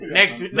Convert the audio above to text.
Next